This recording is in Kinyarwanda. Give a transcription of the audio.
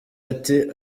ati